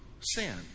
sin